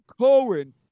Cohen